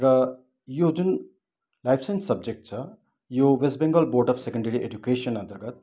र यो जुन लाइफ साइन्स सब्जेक्ट छ यो West Bengal board of secondary education अन्तर्गत